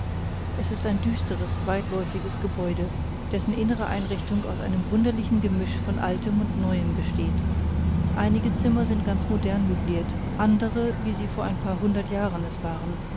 es ist ein düsteres weitläufiges gebäude dessen innere einrichtung aus einem wunderlichen gemisch von altem und neuem besteht einige zimmer sind ganz modern möbliert andere wie sie vor ein paar hundert jahren es waren